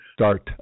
start